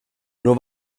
nur